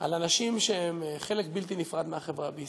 על אנשים שהם חלק בלתי נפרד מהחברה בישראל,